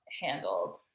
handled